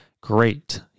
great